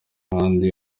ahandi